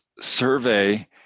survey